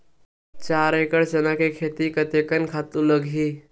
चार एकड़ चना के खेती कतेकन खातु लगही?